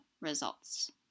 results